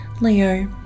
Leo